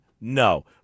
No